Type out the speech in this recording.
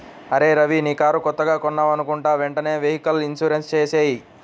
అరేయ్ రవీ నీ కారు కొత్తగా కొన్నావనుకుంటా వెంటనే వెహికల్ ఇన్సూరెన్సు చేసేయ్